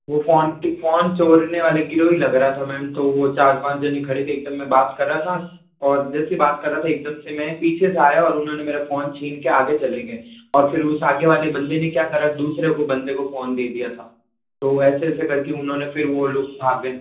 वो phone phone चोरने वाले गिरोह ही लग रहा था मैम तो वो चार पांच जने खड़े थे एकदम मैं बात कर रहा था और जैसे ही बात कर रहा था एकदम से मैं पीछे से आया और उन्होंने मेरा फ़ोन छीन के आगे चले गए और फिर उस आगे वाले बंदे ने क्या करा दूसरे बंदे को फ़ोन दे दिया था तो ऐसे ऐसे कर के उन्होंने फिर वो लोग भाग गए